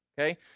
okay